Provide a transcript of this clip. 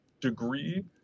degree